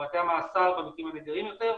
ובתי המאסר במקרים הנדירים יותר,